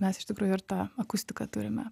mes iš tikrųjų ir tą akustiką turime